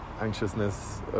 anxiousness